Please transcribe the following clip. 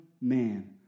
man